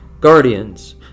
guardians